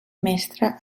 mestre